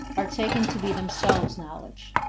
are taken to be themselves knowledge.